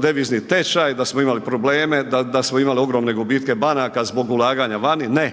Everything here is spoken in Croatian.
devizni tečaj, da smo imali probleme, da smo imali ogromne gubitke banaka zbog ulaganja vani, ne.